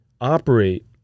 operate